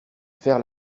faire